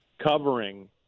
covering